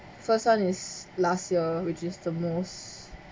first one is last year which is the most